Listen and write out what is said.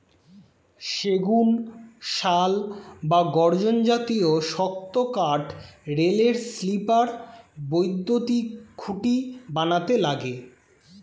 সেগুন, শাল বা গর্জন জাতীয় শক্ত কাঠ রেলের স্লিপার, বৈদ্যুতিন খুঁটি বানাতে লাগে